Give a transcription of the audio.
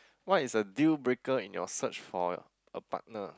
what is a deal breaker in your search for a partner